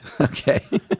Okay